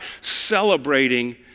celebrating